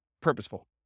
purposeful